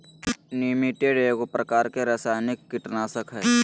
निमेंटीड एगो प्रकार के रासायनिक कीटनाशक हइ